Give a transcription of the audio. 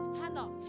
Hannah